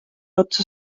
otsa